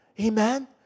Amen